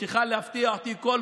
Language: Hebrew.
לא אמרת לנו מתוך כמה